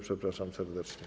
Przepraszam serdecznie.